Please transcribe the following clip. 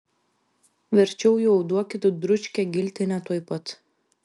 verčiau jau duokit dručkę giltinę tuoj pat